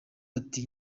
ati